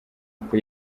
uku